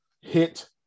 hit